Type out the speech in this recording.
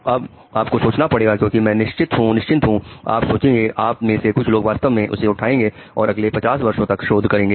अब आपको सोचना पड़ेगा क्योंकि मैं निश्चिंत हूं जब आप सोचेंगे आप में से कुछ लोग वास्तव में इसे उठाएंगे और अगले 50 वर्षों तक शोध करेंगे